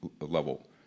level